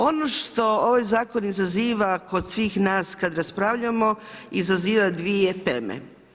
Ono što ovaj zakon izaziva kod svih nas kad raspravljamo, izaziva dvije teme.